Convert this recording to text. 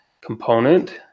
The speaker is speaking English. component